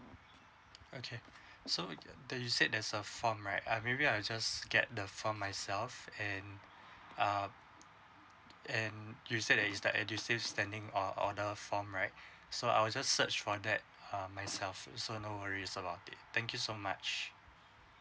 okay so that you said there's a form right I maybe I just get the form myself and uh and you said that is the edusave standing or~ order form right so I will just search for that um myself so no worries about it thank you so much